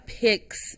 picks